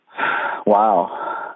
Wow